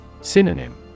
Synonym